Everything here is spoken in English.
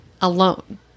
alone